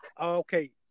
Okay